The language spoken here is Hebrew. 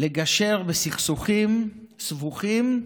לגשר בסכסוכים סבוכים,